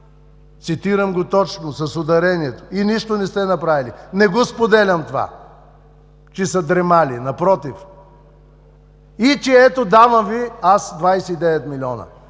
цитирам го точно с ударението – и нищо не сте направили“. Не го споделям това – че са „дремали“, напротив, и че „ето, давам Ви аз 29 милиона”,